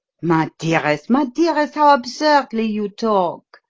my dearest, my dearest, how absurdly you talk!